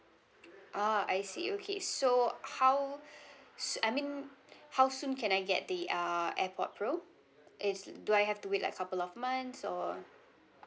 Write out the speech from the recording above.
ah I see okay so how so I mean how soon can I get the err airpod pro it's do I have to wait like couple of months or